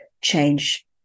change